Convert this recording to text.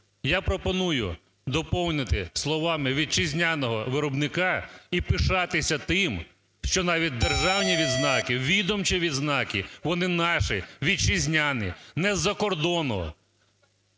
Я пропоную доповнити словами вітчизняного виробника і пишатися тим, що навіть державні відзнаки, відомчі відзнаки, вони наші вітчизняні, не з-за кордону.